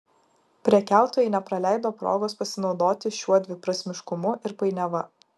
prekiautojai nepraleido progos pasinaudoti šiuo dviprasmiškumu ir painiava